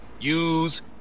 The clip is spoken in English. use